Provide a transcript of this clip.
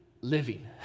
living